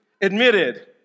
admitted